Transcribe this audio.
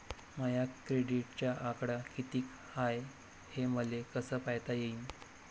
माया क्रेडिटचा आकडा कितीक हाय हे मले कस पायता येईन?